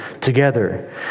together